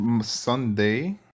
Sunday